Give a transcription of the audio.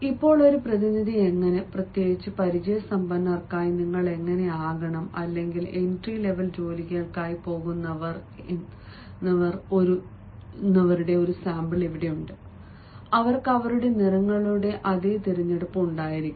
ഇപ്പോൾ ഒരു പ്രതിനിധി എങ്ങനെ പ്രത്യേകിച്ച് പരിചയസമ്പന്നർക്കായി നിങ്ങൾ എങ്ങനെ ആകണം അല്ലെങ്കിൽ എൻട്രി ലെവൽ ജോലികൾക്കായി പോകുന്നവർ എന്നിവരുടെ ഒരു സാമ്പിൾ ഇവിടെയുണ്ട് അവർക്ക് അവരുടെ നിറങ്ങളുടെ അതേ തിരഞ്ഞെടുപ്പ് ഉണ്ടായിരിക്കാം